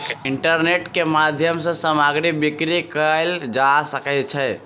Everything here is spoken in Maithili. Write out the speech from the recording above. इंटरनेट के माध्यम सॅ सामग्री बिक्री कयल जा सकै छै